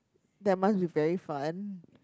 that must be very fun